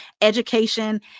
education